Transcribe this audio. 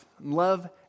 love